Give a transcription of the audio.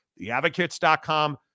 theadvocates.com